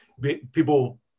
people